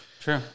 true